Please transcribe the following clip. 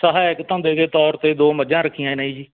ਸਹਾਇਕ ਧੰਦੇ ਦੇ ਤੌਰ 'ਤੇ ਦੋ ਮੱਝਾਂ ਰੱਖੀਆਂ ਨੇ ਜੀ